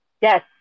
Yes